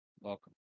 Welcome